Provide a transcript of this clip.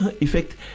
Effect